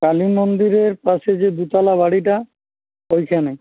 কালী মন্দিরের পাশে যে দুতলা বাড়িটা ওইখানেই